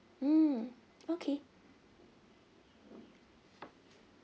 mm okay